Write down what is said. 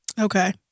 Okay